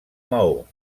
maó